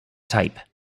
type